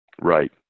Right